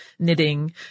knitting